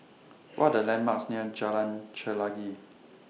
What Are The landmarks near Jalan Chelagi